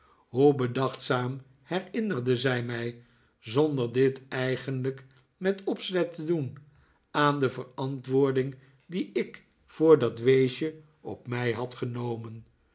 hoe bedachtzaam herinnerde zij mij zonder dit eigenlijk met opzet te doen aan de verantwoording die ik voor dat weesje op mij had genomen